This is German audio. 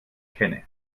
kenne